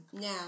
Now